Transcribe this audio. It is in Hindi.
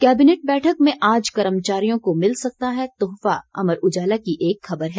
कैबिनेट बैठक में आज कर्मचारियों को मिल सकता है तोहफा अमर उजाला की एक खबर है